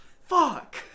fuck